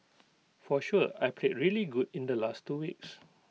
for sure I played really good in the last two weeks